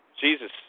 Jesus